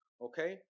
okay